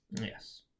Yes